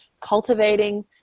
cultivating